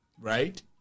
right